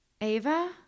Ava